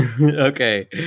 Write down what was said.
Okay